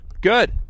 Good